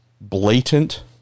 blatant